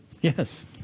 Yes